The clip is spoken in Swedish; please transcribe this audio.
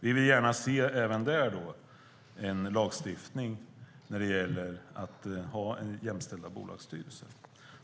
Vi vill vi gärna se en lagstiftning även när det gäller jämställda bolagsstyrelser.